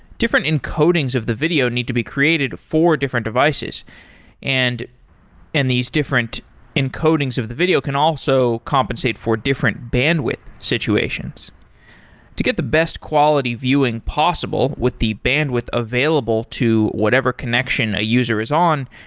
different encodings of the video need to be created for different devices and and these different encodings of the video can also compensate for different bandwidth situations to get the best quality viewing possible with the bandwidth available to whatever connection a user is on,